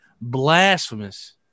blasphemous